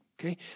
okay